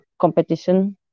competition